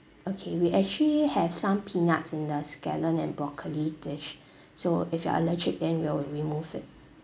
okay we actually have some peanuts in the scallion and broccoli dish so if you are allergic then we'll remove it